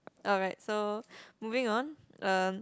alright so moving on uh